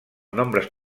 nombres